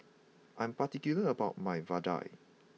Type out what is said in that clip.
I'm particular about my Vadai